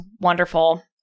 wonderful